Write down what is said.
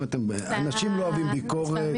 אנשים לא אוהבים ביקורת.